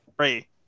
Three